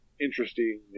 interesting